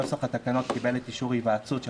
נוסח התקנות קיבל את אישור ההיוועצות של